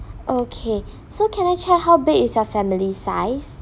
okay so can I check how big is your family size